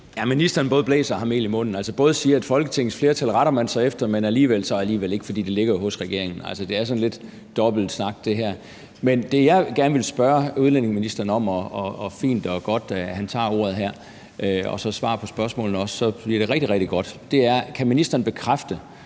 Ministeren både blæser og har mel i munden. Han siger både, at Folketingets flertal retter man sig efter, men alligevel gør man ikke det, fordi det ligger hos regeringen. Det er sådan lidt dobbeltsnak. Men det, jeg gerne vil spørge udlændingeministeren om – og fint og godt, at han tager ordet her, og hvis han så også svarer på spørgsmålene her, bliver det rigtig, rigtig godt – er, om ministeren kan bekræfte,